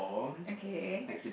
okay